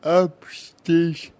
upstairs